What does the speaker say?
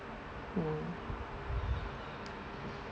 mm